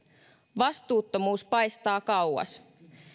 vastuuttomuus paistaa kauas